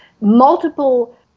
multiple